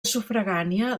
sufragània